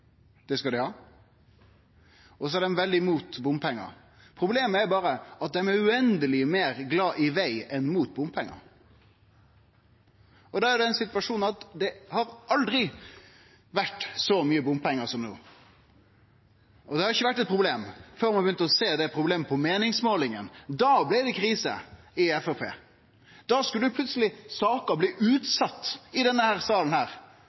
det skal dei ha – og dei er veldig imot bompengar. Problemet er berre at dei er uendeleg meir glad i veg enn dei er imot bompengar. Da er situasjonen den at det aldri har vore så mykje bompengar som no. Og det har ikkje vore eit problem før ein begynte å sjå det på meiningsmålingane. Da blei det krise i Framstegspartiet. Da skulle ein plutseleg utsetje saker i denne salen